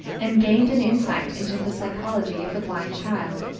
and gained an insight into the psychology of the blind child,